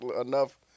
enough